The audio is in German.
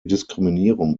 diskriminierung